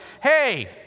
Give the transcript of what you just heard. hey